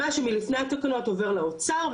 מה שמלפני התקנות עובר לאוצר,